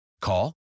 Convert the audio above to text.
Call